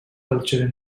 culture